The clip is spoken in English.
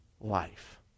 life